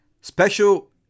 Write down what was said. Special